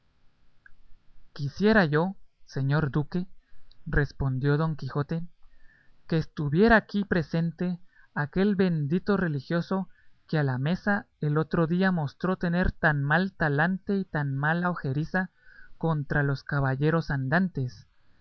quisiera yo señor duque respondió don quijote que estuviera aquí presente aquel bendito religioso que a la mesa el otro día mostró tener tan mal talante y tan mala ojeriza contra los caballeros andantes